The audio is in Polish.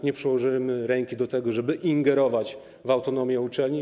Nie przyłożymy ręki do tego, żeby ingerować w autonomię uczelni.